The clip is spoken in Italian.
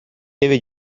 deve